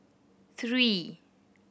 three